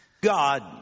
God